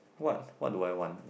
what what do I want